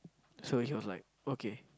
so he was like okay